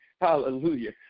Hallelujah